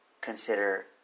consider